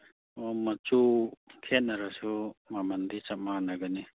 ꯑꯣ ꯃꯆꯨ ꯈꯦꯅꯔꯁꯨ ꯃꯃꯜꯗꯤ ꯆꯞ ꯃꯥꯅꯒꯅꯤ